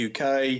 UK